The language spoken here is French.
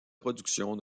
production